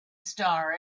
star